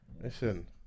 Listen